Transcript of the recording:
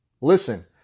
listen